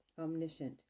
omniscient